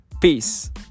peace